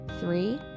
Three